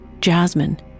Jasmine